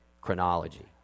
chronology